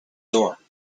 door